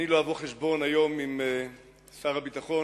אני לא אבוא חשבון היום עם שר הביטחון,